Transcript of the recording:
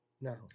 No